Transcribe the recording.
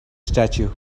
statue